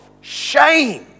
shame